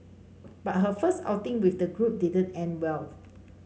but her first outing with the group didn't end well